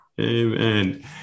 Amen